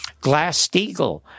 Glass-Steagall